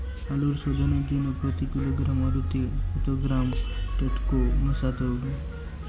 আলু শোধনের জন্য প্রতি কিলোগ্রাম আলুতে কত গ্রাম টেকটো মেশাতে হবে?